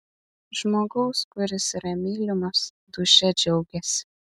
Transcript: žmogaus kuris yra mylimas dūšia džiaugiasi